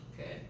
Okay